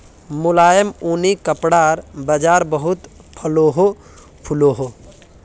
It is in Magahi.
मुलायम ऊनि कपड़ार बाज़ार बहुत फलोहो फुलोहो